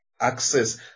access